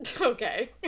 Okay